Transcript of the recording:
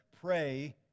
Pray